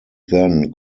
then